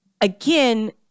again